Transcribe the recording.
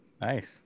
Nice